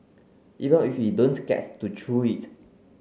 even if we don't get to chew it